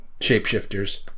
shapeshifters